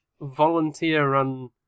volunteer-run